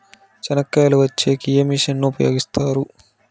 చెనక్కాయలు వలచే కి ఏ మిషన్ ను ఉపయోగిస్తారు?